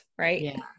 right